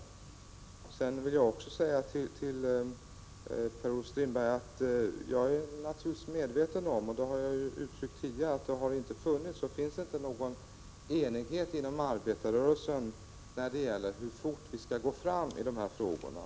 153 Jag vill också säga till Per-Olof Strindberg att jag naturligtvis är medveten 11 december 1986 om, som jag har uttryckt tidigare, att det inte har funnits och inte finns någon enighet inom arbetarrörelsen när det gäller hur fort vi skall gå fram i de här frågorna.